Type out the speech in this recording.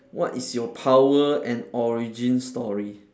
what is your power and origin story